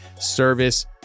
service